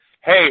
hey